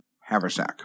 Haversack